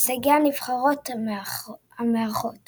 הישגי הנבחרות המארחות